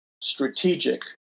strategic